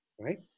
right